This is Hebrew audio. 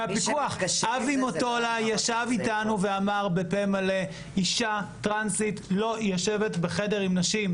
אבי מוטולה ישב איתנו ואמר בפה מלא: אישה טרנסית לא יושבת בחדר עם נשים,